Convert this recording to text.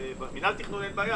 ולכן החוק חל עליו,